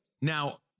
Now